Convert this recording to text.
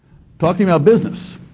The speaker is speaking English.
talking about business.